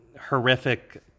horrific